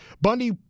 Bundy